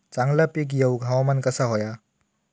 चांगला पीक येऊक हवामान कसा होया?